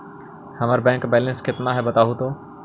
हमर bank balance केतना है बताहु तो?